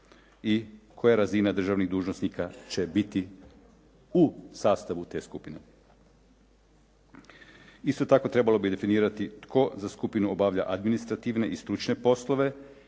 i koja razina državnih dužnosnika će biti u sastavu te skupine. Isto tako trebalo bi definirati tko za skupinu obavlja administrativne i stručne poslove